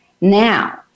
Now